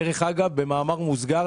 דרך אגב במאמר מוסגר,